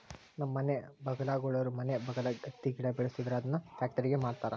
ನಮ್ಮ ಮನೆ ಬಗಲಾಗುಳೋರು ಮನೆ ಬಗಲಾಗ ಹತ್ತಿ ಗಿಡ ಬೆಳುಸ್ತದರ ಅದುನ್ನ ಪ್ಯಾಕ್ಟರಿಗೆ ಮಾರ್ತಾರ